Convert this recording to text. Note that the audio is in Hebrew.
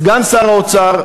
סגן שר האוצר,